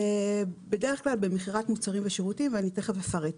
בדרך כלל במכירת מוצרים ושירותים, ומיד אפרט.